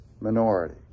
minority